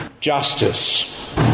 justice